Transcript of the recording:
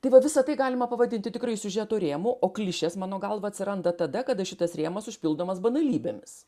tai va visa tai galima pavadinti tikrai siužeto rėmu o klišės mano galva atsiranda tada kada šitas rėmas užpildomas banalybėmis